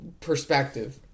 perspective